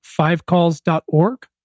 fivecalls.org